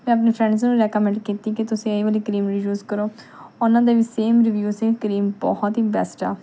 ਮੈਂ ਆਪਣੀ ਫਰੈਂਡਸ ਨੂੰ ਰੈਕਮੈਂਡ ਕੀਤੀ ਕਿ ਤੁਸੀਂ ਇਹ ਵਾਲੀ ਕਰੀਮ ਹੀ ਯੂਜ ਕਰੋ ਉਹਨਾਂ ਦੇ ਵੀ ਸੇਮ ਰੀਵਿਊ ਸੀ ਕਰੀਮ ਬਹੁਤ ਹੀ ਬੈਸਟ ਆ